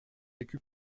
écus